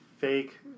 fake